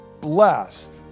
blessed